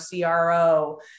CRO